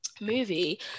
movie